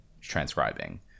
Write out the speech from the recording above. transcribing